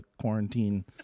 quarantine